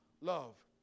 love